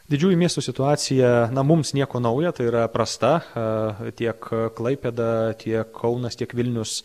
didžiųjų miestų situacija na mums nieko nauja tai yra prasta tiek klaipėda tiek kaunas tiek vilnius